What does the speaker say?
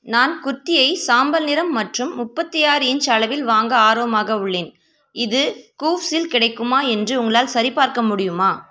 நான் குர்தியை சாம்பல் நிறம் மற்றும் முப்பத்தி ஆறு இன்ச் அளவில் வாங்க ஆர்வமாக உள்ளேன் இது கூவ்ஸில் கிடைக்குமா என்று உங்களால் சரிபார்க்க முடியுமா